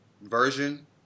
version